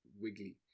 wiggly